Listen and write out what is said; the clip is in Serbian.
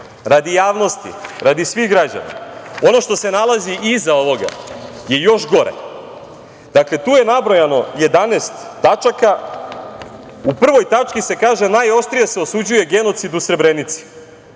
javnosti, radi svih građana, ono što se nalazi iza ovoga je još gore. Dakle, tu je nabrojano 11 tačaka. U prvoj tački se kaže - najoštrije se osuđuje genocid u Srebrenici,